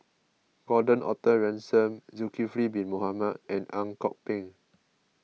Gordon Arthur Ransome Zulkifli Bin Mohamed and Ang Kok Peng